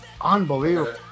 Unbelievable